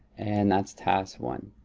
and that's task one.